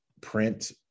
print